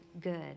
good